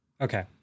Okay